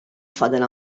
fadal